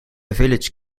village